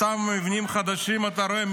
אותם מבנים חדשים,